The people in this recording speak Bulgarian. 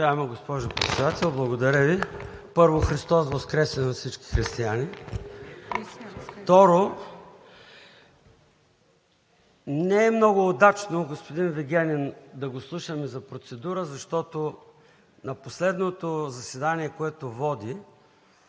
благодаря Ви. Първо, Христос Воскресе на всички християни! Второ, не е много удачно господин Вигенин да го слушаме за процедура, защото на последното заседание, което води